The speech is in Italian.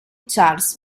charles